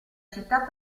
città